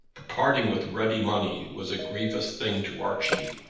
the parting with ready money was a grievous thing to archie,